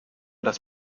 das